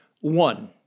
One